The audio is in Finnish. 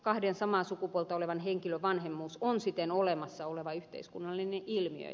kahden samaa sukupuolta olevan henkilön vanhemmuus on siten olemassa oleva yhteiskunnallinen ilmiö